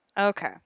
Okay